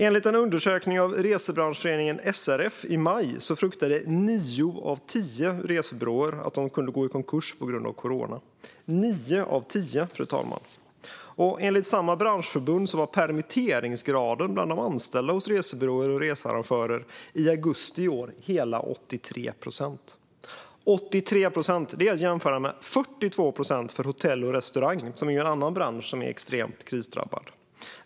Enligt en undersökning av resebranschföreningen SRF i maj fruktade nio av tio resebyråer att de skulle gå i konkurs på grund av corona. Enligt samma branschförbund var permitteringsgraden bland de anställda hos resebyråer och researrangörer i augusti i år hela 83 procent. Detta kan jämföras med 42 procent för hotell och restaurang, som är en annan bransch som är extremt krisdrabbad.